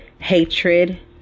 hatred